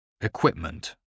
Equipment